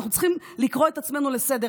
אנחנו צריכים לקרוא את עצמנו לסדר.